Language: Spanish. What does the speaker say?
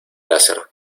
láser